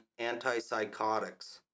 antipsychotics